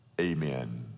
Amen